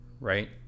right